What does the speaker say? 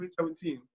2017